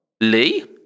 Lee